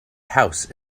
house